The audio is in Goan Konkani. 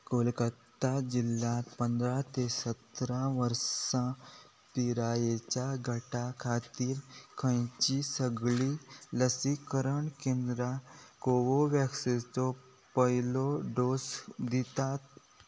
कोलकत्ता जिल्ल्यांत पंदरा ते सतरा वर्सां पिरायेच्या गटा खातीर खंयचीं सगळीं लसीकरण केंद्रां कोवोव्हॅक्सीचो पयलो डोस दितात